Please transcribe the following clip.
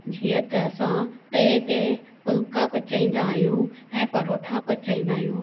जीअं त असां तए ते फुल्का पचाईंदा आहियूं ऐं परोठा पचाईंदा आहियूं